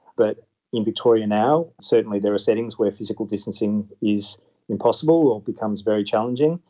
but in victoria now certainly there are settings where physical distancing is impossible or becomes very challenging,